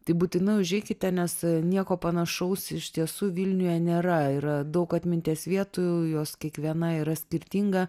tai būtinai užeikite nes nieko panašaus iš tiesų vilniuje nėra yra daug atminties vietų jos kiekviena yra skirtinga